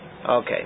Okay